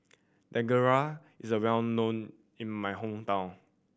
dangojiru is well known in my hometown